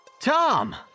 Tom